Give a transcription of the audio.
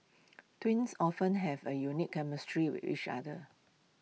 twins often have A unique chemistry with each other